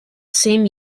same